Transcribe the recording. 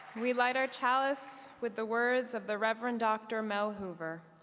we light our chalice with the words of the reverend doctor mel hoover